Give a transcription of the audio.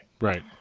right